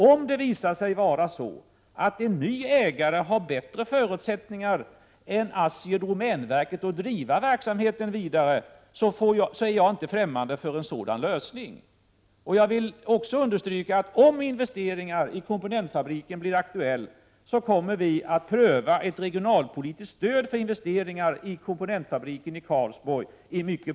Om det visar sig att en ny ägare har bättre förutsättningar än ASSI och domänverket att driva verksamheten vidare, är jag inte främmande för en sådan lösning. Jag vill också understryka, att om investeringar i komponentfabriken blir aktuella, kommer vi att i mycket positiv anda pröva ett regionalpolitiskt stöd för investeringar i komponentfabriken i Karlsborg.